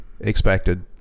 expected